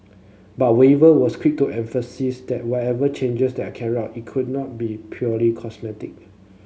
but Weaver was quick to emphasise that whatever changes there are carried out it could not be purely cosmetic